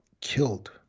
killed